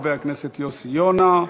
חבר הכנסת יוסי יונה,